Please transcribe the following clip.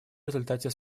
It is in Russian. результате